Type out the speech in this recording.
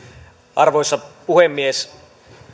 arvoisa puhemies